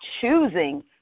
choosing